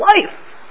life